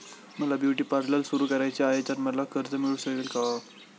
मला beauty parlour सुरू करायचे आहे तर मला कर्ज मिळू शकेल का?